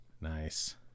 Nice